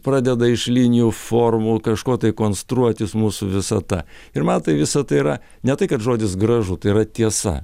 pradeda iš linijų formų kažko tai konstruotis mūsų visata ir man tai visa tai yra ne tai kad žodis gražu tai yra tiesa